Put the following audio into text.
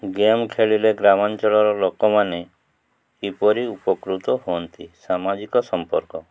game ଖେଳିଲେ ଗ୍ରାମାଞ୍ଚଳର ଲୋକମାନେ କିପରି ଉପକୃତ ହୁଅନ୍ତି ସାମାଜିକ ସମ୍ପର୍କ